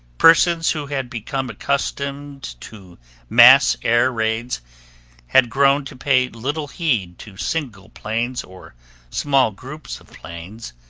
persons who had become accustomed to mass air raids had grown to pay little heed to single planes or small groups of planes,